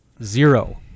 Zero